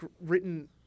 written